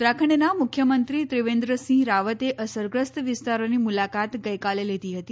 ઉત્તરાખંડના મુખ્યમંત્રી ત્રિવેન્દ્રસિંહ રાવતે અસરગ્રસ્ત વિસ્તારોની મુલાકાત ગઈકાલે લીધી હતી